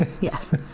Yes